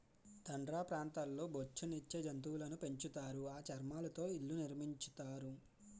tundra ప్రాంతాల్లో బొఉచ్చు నిచ్చే జంతువులును పెంచుతారు ఆ చర్మాలతో ఇళ్లు నిర్మించుతారు